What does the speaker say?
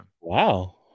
Wow